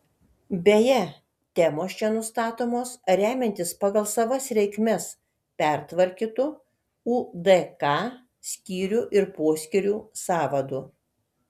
beje temos čia nustatomos remiantis pagal savas reikmes pertvarkytu udk skyrių ir poskyrių sąvadu